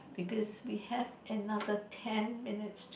because we have another ten minutes to